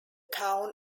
town